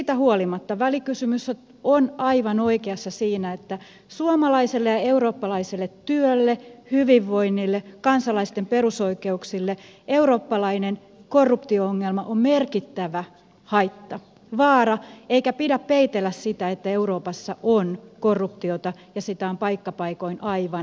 siitä huolimatta välikysymys on aivan oikeassa siinä että suomalaiselle ja eurooppalaiselle työlle hyvinvoinnille kansalaisten perusoikeuksille eurooppalainen korruptio ongelma on merkittävä haitta vaara eikä pidä peitellä sitä että euroopassa on korruptiota ja sitä on paikka paikoin aivan liikaa